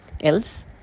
Else